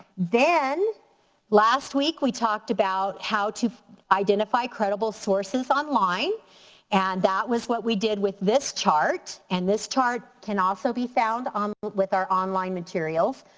then last week we talked about how to identify credible sources online and that was what we did with this chart. and this chart chart can also be found um with our online materials.